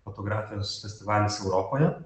fotografijos festivalis europoje